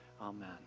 Amen